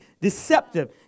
deceptive